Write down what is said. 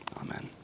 Amen